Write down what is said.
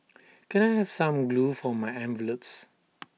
can I have some glue for my envelopes